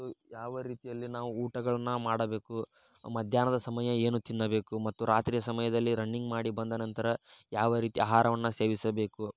ಮತ್ತು ಯಾವ ರೀತಿಯಲ್ಲಿ ನಾವು ಊಟಗಳನ್ನು ಮಾಡಬೇಕು ಮಧ್ಯಾಹ್ನದ ಸಮಯ ಏನು ತಿನ್ನಬೇಕು ಮತ್ತು ರಾತ್ರಿ ಸಮಯದಲ್ಲಿ ರನ್ನಿಂಗ್ ಮಾಡಿ ಬಂದ ನಂತರ ಯಾವ ರೀತಿಯ ಆಹಾರವನ್ನು ಸೇವಿಸಬೇಕು